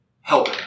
help